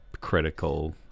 critical